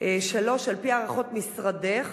3. על-פי הערכות משרדך,